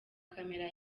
camera